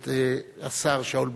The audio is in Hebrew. את השר שאול מופז.